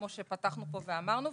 כמו שפתחנו פה ואמרנו,